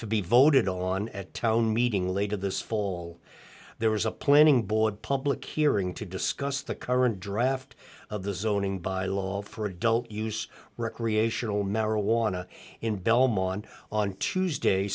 to be voted on at town meeting later this fall there was a planning board public hearing to discuss the current draft of the zoning by law for adult use recreational marijuana in belmont on tuesday